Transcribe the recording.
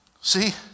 see